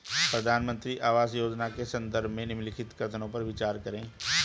प्रधानमंत्री आवास योजना के संदर्भ में निम्नलिखित कथनों पर विचार करें?